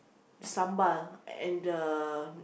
sambal and the